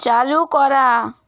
চালু করা